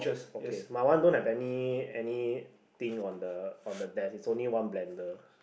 okay my one don't have any any thing on the on the desk is only one blender